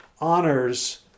honors